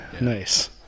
Nice